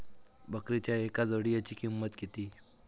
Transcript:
बकरीच्या एका जोडयेची किंमत किती?